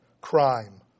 crime